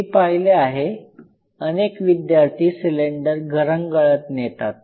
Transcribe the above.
मी पाहिले आहे अनेक विद्यार्थी सिलेंडर घरंगळत नेतात